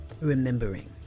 remembering